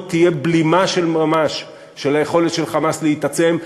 תהיה בלימה של ממש של היכולת של "חמאס" להתעצם,